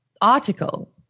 article